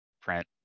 print